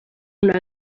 una